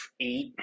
eight